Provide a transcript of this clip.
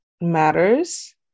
matters